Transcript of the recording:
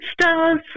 stars